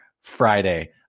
Friday